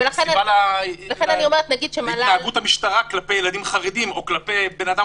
את הסיבה להתנהגות המשטרה כלפי ילדים חרדים או כלפי בן אדם